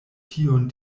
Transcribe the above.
tion